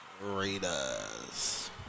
Raiders